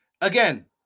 again